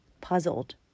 puzzled